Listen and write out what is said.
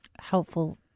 helpful